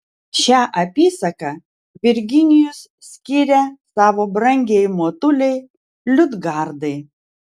šią apysaką virginijus skiria savo brangiajai motulei liudgardai